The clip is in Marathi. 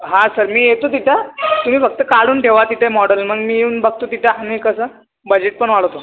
हां सर मी येतो तिथं तुम्ही फक्त काढून ठेवा तिथे मॉडल मग मी येऊन बघतो तिथं आणि कसं बजेट पण वाढवतो